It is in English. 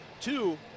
Two